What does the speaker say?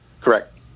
Correct